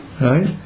Right